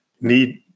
need